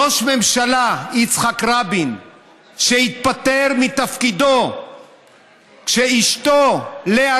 ראש ממשלה יצחק רבין התפטר מתפקידו כשאשתו לאה